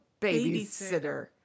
babysitter